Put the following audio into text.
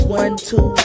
one-two